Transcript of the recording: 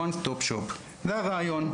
One stop shop, זה הרעיון.